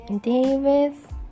Davis